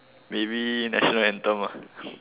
maybe national anthem